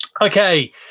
Okay